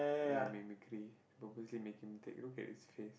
ya mimicry purposely make him take a look at his face